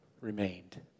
remained